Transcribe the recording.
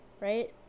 right